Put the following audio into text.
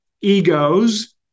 egos